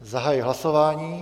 Zahajuji hlasování.